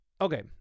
Okay